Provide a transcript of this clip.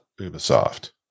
Ubisoft